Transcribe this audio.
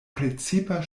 precipa